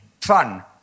fun